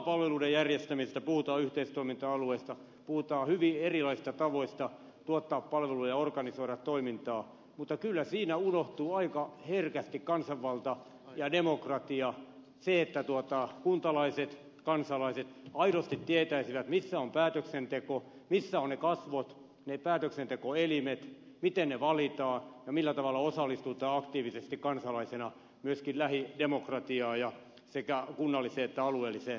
puhutaan palveluiden järjestämisestä puhutaan yhteistoiminta alueista puhutaan hyvin erilaisista tavoista tuottaa palveluja ja organisoida toimintaa mutta kyllä siinä unohtuu aika herkästi kansanvalta ja demokratia se että kuntalaiset kansalaiset aidosti tietäisivät missä on päätöksenteko missä ovat ne kasvot ne päätöksentekoelimet miten ne valitaan ja millä tavalla osallistutaan aktiivisesti kansalaisena myöskin lähidemokratiaan sekä kunnalliseen että alueelliseen demokratiaan